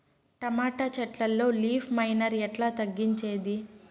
Tomato చెట్లల్లో leaf miner ఎట్లా తగ్గించేది?